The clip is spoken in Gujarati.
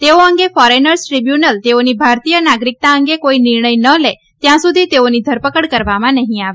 તેઓ અંગે ફોરેનર્સદ્રીબ્યુનલ તેમની ભારતીય નાગરિકતા અંગે કોઇ નિર્ણય ન લે ત્યાં સુધી તેઓની ધરપકડ કરવામાં નહી આવે